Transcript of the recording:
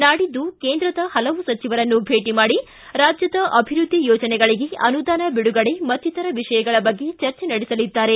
ನಾಡಿದ್ದು ಕೇಂದ್ರದ ಹಲವು ಸಚಿವರನ್ನು ಭೇಟ ಮಾಡಿ ರಾಜ್ಯದ ಅಭಿವೃದ್ದಿ ಯೋಜನೆಗಳಿಗೆ ಅನುದಾನ ಬಿಡುಗಡೆ ಮತ್ತಿತರ ವಿಷಯಗಳ ಬಗ್ಗೆ ಚರ್ಚೆ ನಡೆಸಲಿದ್ದಾರೆ